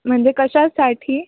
म्हणजे कशासाठी